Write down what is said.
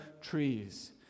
trees